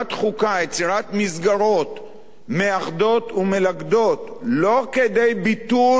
יצירת מסגרות מאחדות ומלכדות לא כדי ביטול הזהות,